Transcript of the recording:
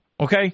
okay